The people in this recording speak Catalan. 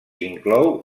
inclou